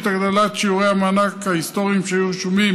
הגדלת שיעורי המענק ההיסטוריים שהיו רשומים